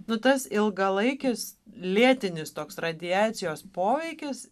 nu tas ilgalaikis lėtinis toks radiacijos poveikis